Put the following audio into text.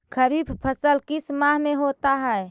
खरिफ फसल किस माह में होता है?